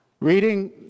Reading